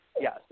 Yes